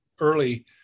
early